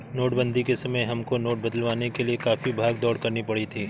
नोटबंदी के समय हमको नोट बदलवाने के लिए काफी भाग दौड़ करनी पड़ी थी